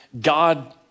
God